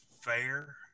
fair